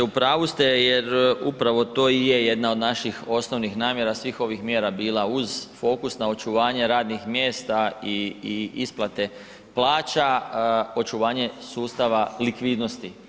U pravu ste jer upravo to i je jedna od naših osnovnih namjera svih ovih mjera bila uz fokus na očuvanje radnih mjesta i isplate plaća, očuvanje sustava likvidnosti.